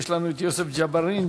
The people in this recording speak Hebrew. יש לנו יוסף ג'בארין,